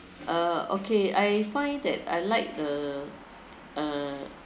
uh okay I find that I like the uh